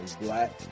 black